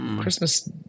Christmas